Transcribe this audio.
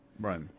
Right